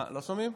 לא שומעים.